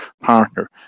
partner